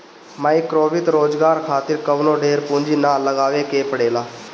माइक्रोवित्त रोजगार खातिर कवनो ढेर पूंजी ना लगावे के पड़ेला